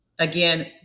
Again